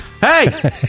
Hey